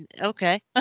Okay